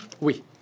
Oui